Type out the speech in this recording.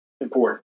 important